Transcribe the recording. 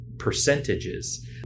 percentages